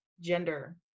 gender